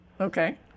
Okay